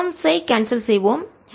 சில டேர்ம் ஐ கேன்சல் செய்வோம்